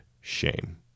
shame